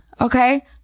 Okay